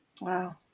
Wow